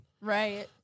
Right